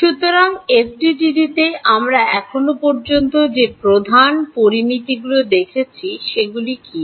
সুতরাং এফডিটিডি তে আমরা এখন পর্যন্ত যে প্রধান পরামিতিগুলি দেখেছি সেগুলি কী